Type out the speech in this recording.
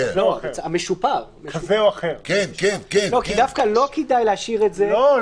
כן, נשמור את זה לתקש"ח.